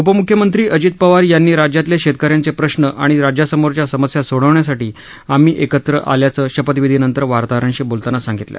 उपम्ख्यमंत्री अजित पवार यांनी राज्यातले शेतकऱ्यांचे प्रश्न आणि राज्यासमोरच्या समस्या सोडविण्यासाठी आम्ही एकत्र आल्याचं शपथविधीनंतर वार्ताहरांशी बोलताना सांगितलं